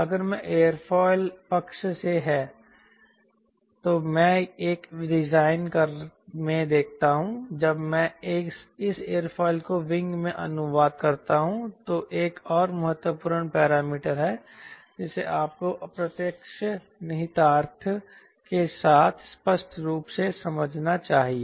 अगर यह एयरफॉइल पक्ष से है तो मैं एक डिजाइन में क्या देखता हूं जब मैं इस एयरफॉइल को विंग में अनुवाद करता हूं तो एक और महत्वपूर्ण पैरामीटर है जिसे आपको प्रत्यक्ष निहितार्थ के साथ स्पष्ट रूप से समझना चाहिए